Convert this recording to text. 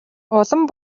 улам